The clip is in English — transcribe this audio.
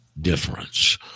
difference